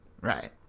Right